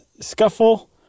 scuffle